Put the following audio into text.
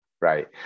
right